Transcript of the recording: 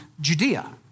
Judea